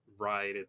right